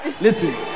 Listen